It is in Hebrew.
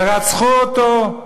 ורצחו אותו.